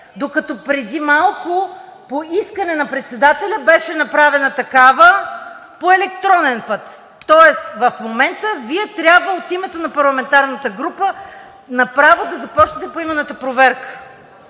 Докато преди малко, по искане на председателя беше направена такава по електронен път, тоест в момента Вие трябва от името на парламентарната група направо да започнете поименната проверка.